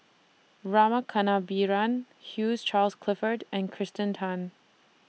Rama Kannabiran Hugh Charles Clifford and Kirsten Tan